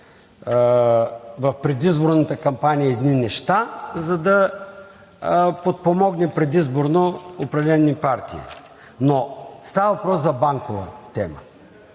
в предизборната кампания едни неща, за да подпомогне предизборно определени партии. Но става въпрос за банковата тема.